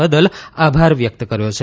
બદલ આભાર વ્યકત કર્યો છે